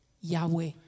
Yahweh